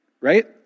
right